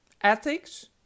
ethics